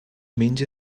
menja